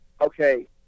okay